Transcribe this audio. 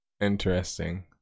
Interesting